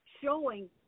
showing